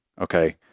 okay